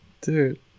Dude